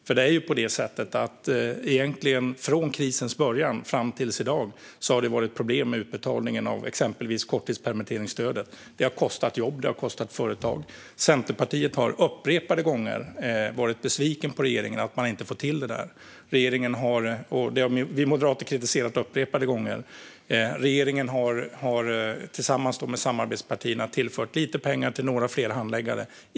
Det är egentligen på det sättet att det från krisens början fram till i dag har varit problem med utbetalningen av exempelvis korttidspermitteringsstödet. Det har kostat jobb, och det har kostat företag. Centerpartiet har upprepade gånger varit besviket på regeringen att den inte har fått till det. Det har vi moderater kritiserat upprepade gånger. Regeringen har tillsammans med samarbetspartierna tillfört lite pengar till några fler handläggare.